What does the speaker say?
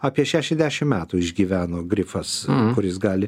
apie šešiasdešim metų išgyveno grifas kuris gali